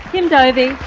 kim dovey,